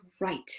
right